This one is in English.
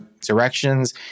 directions